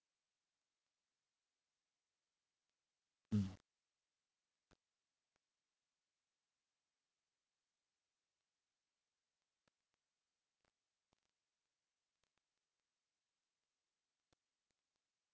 mm